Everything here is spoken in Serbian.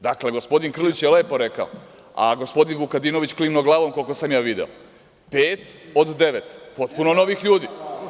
Dakle, gospodin Krlić je lepo rekao, a gospodin Vukadinović klimnuo glavom, koliko sam video, pet od devet potpuno novih ljudi.